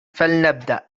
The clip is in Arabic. فلنبدأ